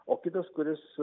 o kitas kuris